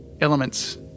elements